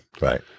Right